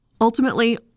Ultimately